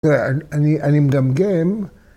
אני מגמגם